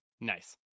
Nice